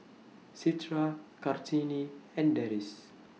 Citra Kartini and Deris